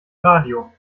radio